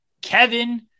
Kevin